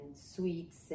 sweets